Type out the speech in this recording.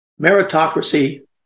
meritocracy